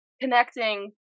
connecting